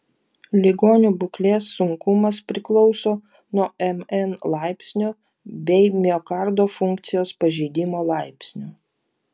ligonių būklės sunkumas priklauso nuo mn laipsnio bei miokardo funkcijos pažeidimo laipsnio